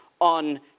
on